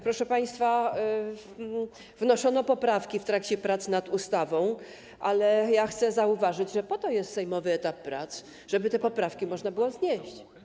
Proszę państwa, wnoszono poprawki w trakcie prac nad ustawą, ale chcę zauważyć, że po to jest sejmowy etap prac, żeby te poprawki można było wnieść.